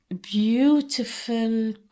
beautiful